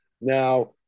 Now